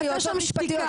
הייתה שם שתיקה.